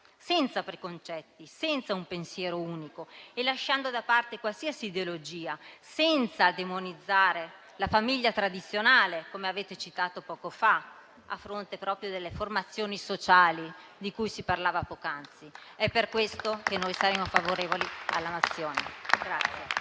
senza preconcetti, senza un pensiero unico e lasciando da parte qualsiasi ideologia; senza demonizzare la famiglia tradizionale, come avete citato poco fa, a fronte proprio delle formazioni sociali di cui si parlava poc'anzi. È per questo che siamo favorevoli alla mozione.